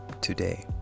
today